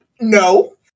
no